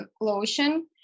lotion